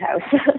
house